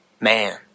man